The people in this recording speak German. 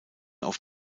auf